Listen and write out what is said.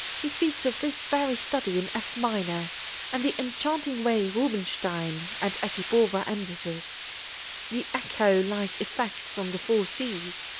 he speaks of this very study in f minor and the enchanting way rubinstein and essipowa ended it the echo-like effects on the four c's,